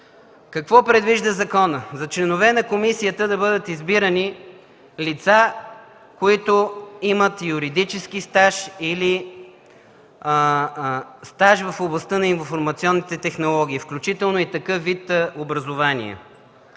Какво предвижда законът – за членове на комисията да бъдат избирани лица, които имат и юридически стаж или стаж в областта на информационните технологии, включително и такъв вид образование.